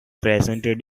presented